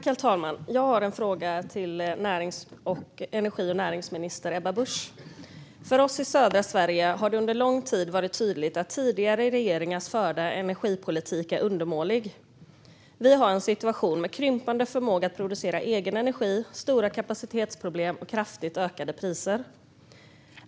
Herr talman! Jag har en fråga till energi och näringsminister Ebba Busch. För oss i södra Sverige har det under lång tid varit tydligt att tidigare regeringars energipolitik är undermålig. Vi har en situation med krympande förmåga att producera egen energi. Vi har stora kapacitetsproblem och kraftigt ökade priser.